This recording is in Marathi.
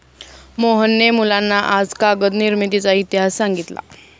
मोहनने मुलांना आज कागद निर्मितीचा इतिहास सांगितला